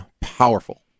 Powerful